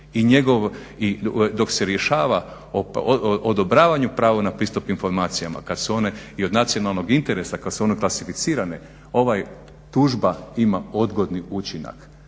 dok se rješava o odobravanju prava na pristup informacijama, kad su one i od nacionalnog interesa, kad se one klasificirane, ova tužba ima odgodni učinak.